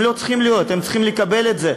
הם לא צריכים להיות פה, הם צריכים לקבל את זה.